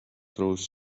throws